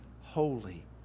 holy